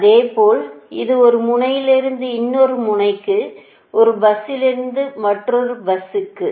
அதுபோல இது ஒரு முனையிலிருந்து இன்னொரு முனைக்கு ஒரு பஸ்லிருந்து மற்றொரு பஸ்க்கு